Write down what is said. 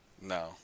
No